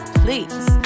please